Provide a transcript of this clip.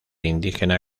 indígena